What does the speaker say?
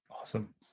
Awesome